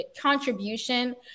contribution